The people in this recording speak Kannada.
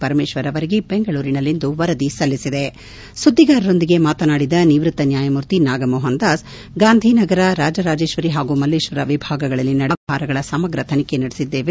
ಪರಮೇಶ್ವರ್ಗೆ ಬೆಂಗಳೂರಿನಲ್ಲಿಂದು ವರದಿ ಸಲ್ಲಿಸಿದೆ ಸುದ್ದಿಗಾರರೊಂದಿಗೆ ಮಾತನಾಡಿದ ನಿವೃತ್ತ ನ್ಕಾಯ ಮೂರ್ತಿ ನಾಗಮೋಹನದಾಸ್ ಗಾಂಧಿನಗರರಾಜರಾಜೇಶ್ವರಿ ಹಾಗೂ ಮಲ್ಲೇಶ್ವರ ವಿಭಾಗಗಳಲ್ಲಿ ನಡೆದಿರುವ ಅವ್ಕಮಹಾರಗಳ ಸಮಗ್ರ ತನಿಖೆ ನಡೆಸಿದ್ದೇವೆ